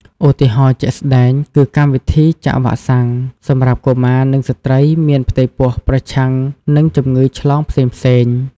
ឧទាហរណ៍ជាក់ស្តែងគឺ កម្មវិធីចាក់វ៉ាក់សាំង សម្រាប់កុមារ និងស្ត្រីមានផ្ទៃពោះប្រឆាំងនឹងជំងឺឆ្លងផ្សេងៗ។